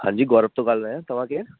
हांजी गौरव थो ॻाल्हायां तव्हां केरु